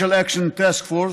Financial Action Task Force,